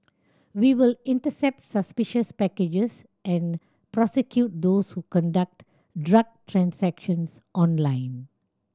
we will intercept suspicious packages and prosecute those who conduct drug transactions online